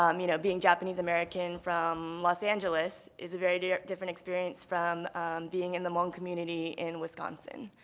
um you know, being japanese american from los angeles is a very different experience from being in the hmong community in wisconsin.